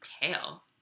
tail